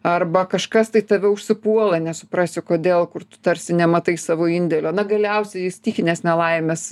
arba kažkas tai tave užsipuola nesuprasi kodėl kur tu tarsi nematai savo indėlio na galiausiai stichinės nelaimės